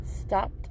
Stopped